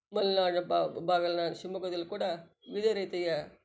ಮಲ್ನಾಡು ಬಾಗಲಿನ ಶಿವಮೊಗ್ಗದಲ್ ಕೂಡ ವಿವಿಧ ರೀತಿಯ